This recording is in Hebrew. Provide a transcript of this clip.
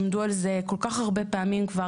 עמדו על זה כל כך הרבה פעמים כבר,